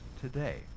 today